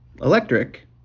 electric